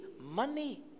money